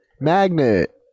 Magnet